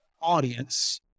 Audience